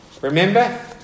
remember